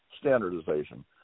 standardization